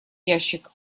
ящик